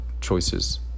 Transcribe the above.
choices